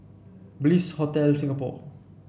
Bliss Hotel Singapore